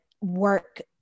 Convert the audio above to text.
work